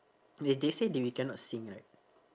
they they say that we cannot sing right